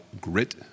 grit